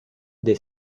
des